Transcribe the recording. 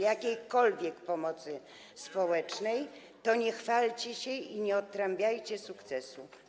jakiejkolwiek pomocy społecznej, to nie chwalcie się i nie otrąbiajcie sukcesu.